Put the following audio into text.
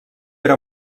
era